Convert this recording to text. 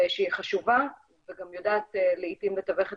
שהיא חשובה וגם יודעת לעתים לתווך את